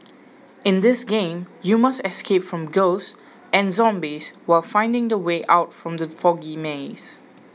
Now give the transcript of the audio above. in this game you must escape from ghosts and zombies while finding the way out from the foggy maze